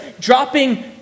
Dropping